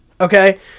Okay